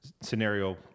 scenario